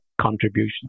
contribution